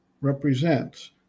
represents